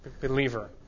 believer